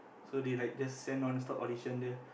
so they like just send on the spot audition there